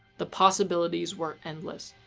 the possibilities were endless.